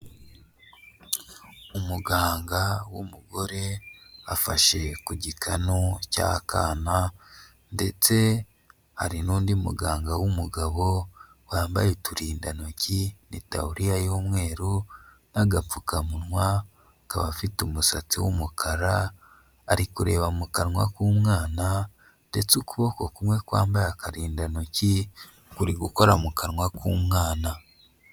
Umuganga w'umugore afashe ku gikanu cy'akana ndetse hari n'undi muganga w'umugabo wambaye uturindantoki n'itaburiya y'umweru n'agapfukamunwa, akaba afite umusatsi w'umukara, ari kureba mu kanwa k'umwana ndetse ukuboko kumwe kwambaye akarindantoki, kuri gukora mu kanwa k'umwana.